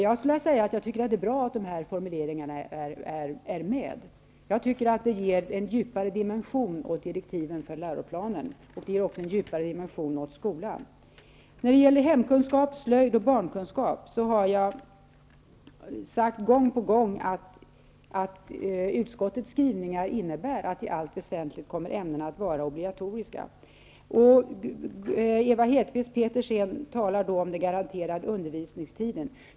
Jag tycker att det är bra att dessa formuleringar finns med. Det ger en djupare dimension åt direktiven för läroplanen och även för skolan. När det gäller hemkunskap, slöjd och barnkunskap har jag gång på gång sagt att utskottets skrivningar innebär ämnena i allt väsentligt kommer att vara obligatoriska. Ewa Hedkvist Petersen talar då om den garanterade undervisningstiden.